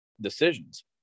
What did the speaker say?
decisions